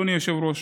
אדוני היושב-ראש.